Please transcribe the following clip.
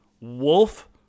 Wolf